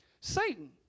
Satan